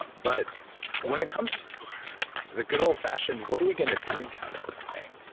um but when it comes to the good old-fashioned what are we going to drink out of? thing,